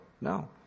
No